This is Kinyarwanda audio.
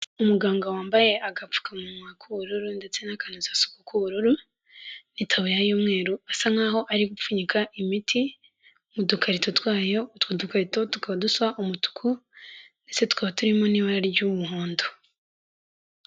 Umuganga wambaye agapfukamunwa k'ubururu ndetse n'akanozasuku k'ubururu n'itaburiya y'umweru asa nkaho ari gupfunyika imiti mu dukarito twayo, utwo dukarito tukaba dusa umutuku ndetse tukaba turimo n'ibara ry'umuhondo.